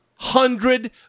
hundred